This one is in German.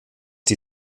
die